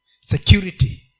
Security